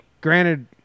granted